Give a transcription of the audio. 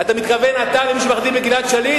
אתה מתכוון אתה, וגלעד שליט?